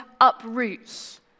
uproots